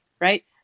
right